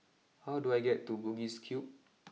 how do I get to Bugis Cube